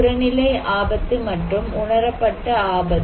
புறநிலை ஆபத்து மற்றும் உணரப்பட்ட ஆபத்து